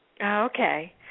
Okay